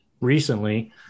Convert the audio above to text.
recently